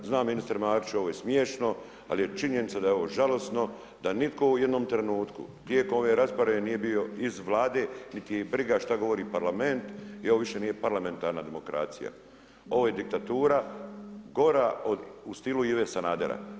Zna ministar Marić, ovo je smiješno, ali je činjenica da je ovo žalosno da nitko u jednom trenutku tijekom ove rasprave nije bio iz Vlade, niti ih briga što govori Parlament, i ovo više nije parlamentarna demokracija, ovo je diktatura gora od u stilu Ive Sanadera.